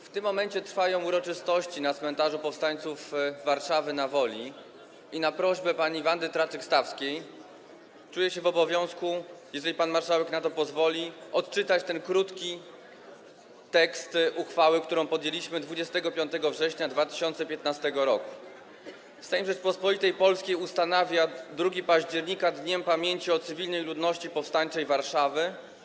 W tym momencie trwają uroczystości na Cmentarzu Powstańców Warszawy na Woli i na prośbę pani Wandy Traczyk-Stawskiej czuję się w obowiązku, jeżeli pan marszałek na to pozwoli, odczytać ten krótki tekst uchwały, którą podjęliśmy 25 września 2015 r. „Sejm Rzeczypospolitej Polskiej ustanawia 2 października Dniem Pamięci o Cywilnej Ludności Powstańczej Warszawy.